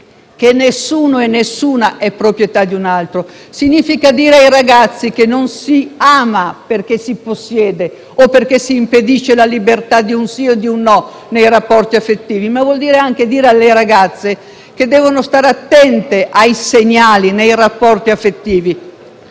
che nessuna e nessuno è proprietà di un altro; significa dire ai ragazzi che non si ama perché si possiede o perché si impedisce la libertà di un sì o di un no nei rapporti affettivi. Vuol dire anche dire alle ragazze che devono stare attente ai segnali nei rapporti affettivi